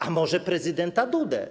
A może prezydenta Dudę?